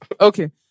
Okay